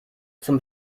zum